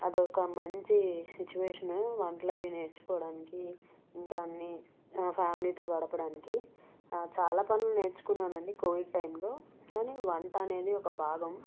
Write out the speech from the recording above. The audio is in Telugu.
అదొక మంచి సిచువేషను వంటలవి నేర్చుకోడానికి ఇంకా అన్నీ ఫ్యామిలీతో గడపడానికి చాలా పనులు నేర్చుకున్నానండి కోవిడ్ టైంలో కాని వంటనేది ఒక భాగం